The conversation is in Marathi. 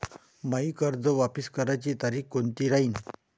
मायी कर्ज वापस करण्याची तारखी कोनती राहीन?